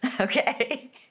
Okay